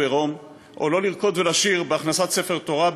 עירום או לא לרקוד ולשיר בהכנסת ספר תורה,